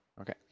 Okay